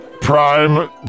prime